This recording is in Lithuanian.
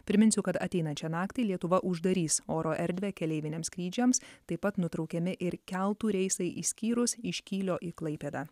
priminsiu kad ateinančią naktį lietuva uždarys oro erdvę keleiviniams skrydžiams taip pat nutraukiami ir keltų reisai išskyrus iš kylio į klaipėdą